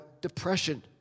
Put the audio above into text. depression